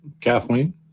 Kathleen